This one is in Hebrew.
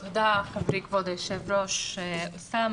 תודה, חברי כבוד היושב ראש אוסאמה.